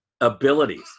abilities